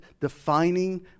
defining